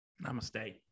Namaste